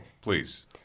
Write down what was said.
please